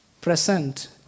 present